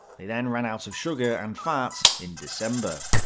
they then ran out of sugar and fat in december.